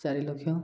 ଚାରି ଲକ୍ଷ